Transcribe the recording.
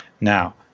Now